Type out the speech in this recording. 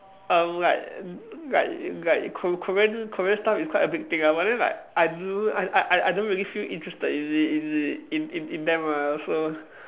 um like like like Kor~ Korean Korean stuff is quite a big thing ah but then like I don't know I I I don't really interested in it in it in in in them lah so